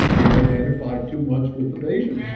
that i identified too much with the patients.